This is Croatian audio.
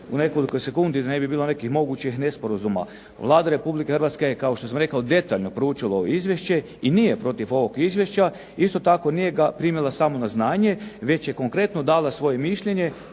u nekoliko sekundi da ne bi bilo nekih mogućih nesporazuma. Vlada Republike Hrvatske kao što sam rekao detaljno je proučila ovo Izvješće i nije protiv ovog Izvješća, isto tako nije ga primila samo na znanje već je konkretno dala svoje mišljenje